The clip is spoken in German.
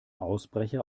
ausbrecher